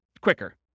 quicker